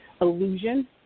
illusion